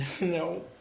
No